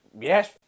yes